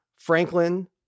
Franklin